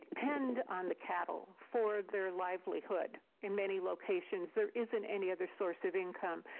depend on the cattle for their livelihood in many locations. there isn't any other source of income.